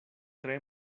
tre